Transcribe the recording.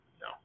No